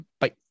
Bye